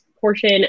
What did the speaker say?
portion